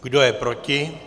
Kdo je proti?